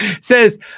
says